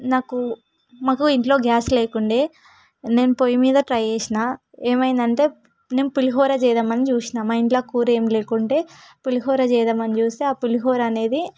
నాకు మాకు ఇంట్లో గ్యాస్ లేకుండేది నేను పొయ్యి మీద ట్రై చేసాను ఏమైందంటే నేను పులిహోర చేద్దామని చూసాను మా ఇంట్లో కూర ఏమి లేకుండేది పులిహోర చేద్దామని చూస్తే ఆ పులిహోర అనేది